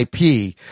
IP